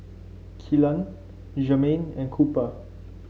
Kellan Germaine and Cooper